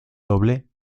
doble